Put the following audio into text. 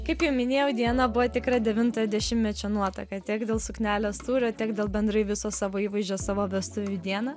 kaip jau minėjau diena buvo tikra devintojo dešimtmečio nuotaka tiek dėl suknelės tūrio tiek dėl bendrai viso savo įvaizdžio savo vestuvių dieną